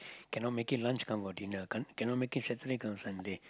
cannot make it lunch come for dinner can't cannot make it Saturday come Sunday